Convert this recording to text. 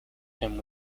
him